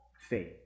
faith